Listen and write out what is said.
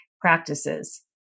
practices